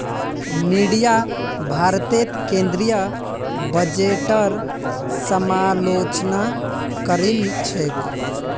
media भारतेर केंद्रीय बजटेर समालोचना करील छेक